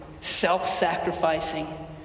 self-sacrificing